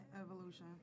evolution